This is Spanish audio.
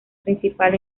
principal